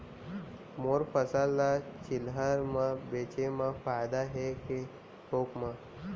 मोर फसल ल चिल्हर में बेचे म फायदा है के थोक म?